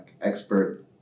expert